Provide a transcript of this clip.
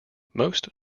most